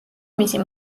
მისი